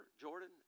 Jordan